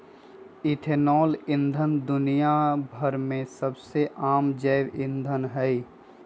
ethanol ईंधन दुनिया भर में सबसे आम जैव ईंधन हई